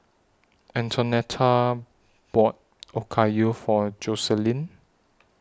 Antonetta bought Okayu For Joseline